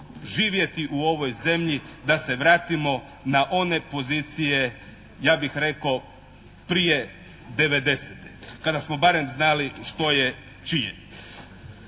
živjeti u ovoj zemlji da se vratimo na one pozicije, ja bih rekao prije '90. kada smo barem znali što je čije.